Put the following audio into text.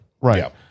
right